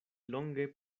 longe